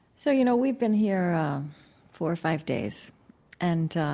so, you know, we've been here four or five days and